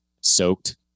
soaked